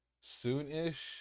soon-ish